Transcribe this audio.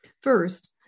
First